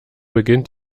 beginnt